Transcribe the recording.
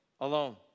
alone